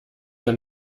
der